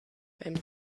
beim